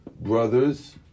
brother's